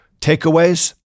takeaways